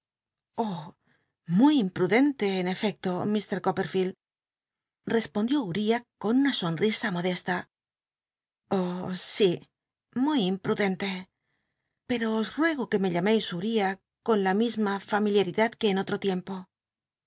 muy imprudente en efecto mr copperfield respondió uriah con una sonrisa modesta oh si muy imprudente pero os rncgo que me llamcis uriah con la misma familiaridad no en olr'o tiempo